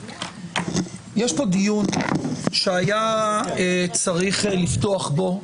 יש פה דיון שהיה צריך לפתוח בו,